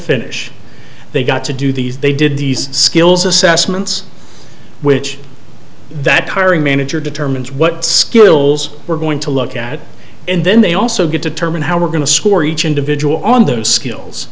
finish they got to do these they did these skills assessments which that hiring manager determines what skills we're going to look at and then they also get determine how we're going to score each individual on those skills